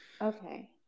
Okay